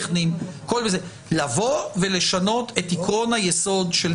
דבר אחרון, אני שואל את הייעוץ המשפטי שאלה.